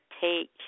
Take